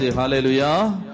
Hallelujah